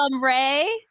Ray